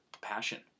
passion